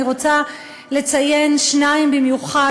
אני רוצה לציין שניים במיוחד,